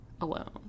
alone